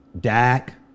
Dak